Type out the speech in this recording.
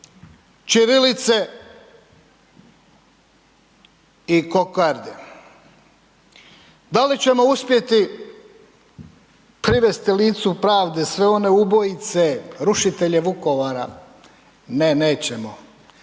ćirilice i kokarde? Da li ćemo uspjeti privesti licu pravde sve one ubojice, rušitelje Vukovara? Ne nećemo,